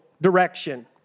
direction